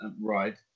right